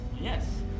Yes